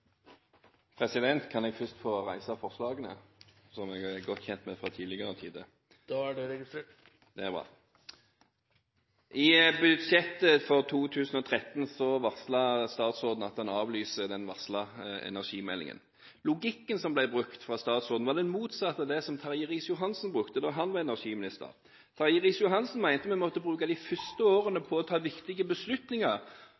godt kjent med fra tidligere tider? I budsjettet for 2013 varsler statsråden at han avlyser den varslede energimeldingen. Logikken som statsråden brukte, var den motsatte av den Terje Riis-Johansen brukte da han var energiminister. Terje Riis-Johansen mente vi måtte bruke de første